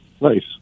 nice